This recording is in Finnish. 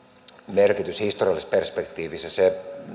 merkitys historiallisessa perspektiivissä